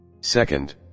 Second